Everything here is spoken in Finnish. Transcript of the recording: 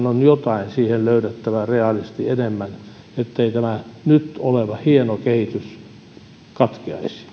on löydettävä jotain reaalisesti enemmän ettei tämä nyt oleva hieno kehitys